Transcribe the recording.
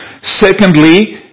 Secondly